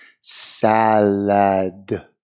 Salad